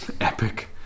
Epic